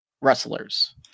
wrestlers